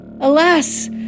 alas